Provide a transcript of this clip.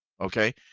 okay